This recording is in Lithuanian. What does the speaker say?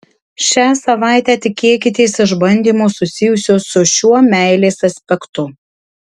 šią savaitę tikėkitės išbandymo susijusio su šiuo meilės aspektu